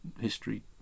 history